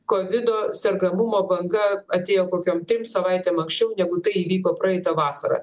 kovido sergamumo banga atėjo kokiom trim savaitėm anksčiau negu tai įvyko praeitą vasarą